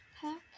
pack